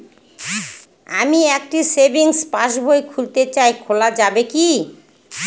আমি একটি savings passbook খুলতে চাই খোলা যাবে কি?